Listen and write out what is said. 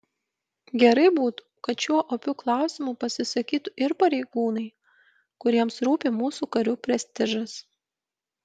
gerai būtų kad šiuo opiu klausimu pasisakytų ir pareigūnai kuriems rūpi mūsų karių prestižas